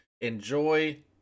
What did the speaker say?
Enjoy